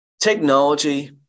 technology